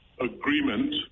agreement